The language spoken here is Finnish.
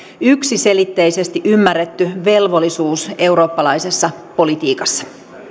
yksiselitteisesti ymmärretty velvollisuus eurooppalaisessa politiikassa